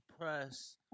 press